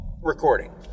recording